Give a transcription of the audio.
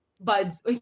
buds